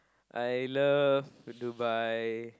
I love Dubai